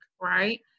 right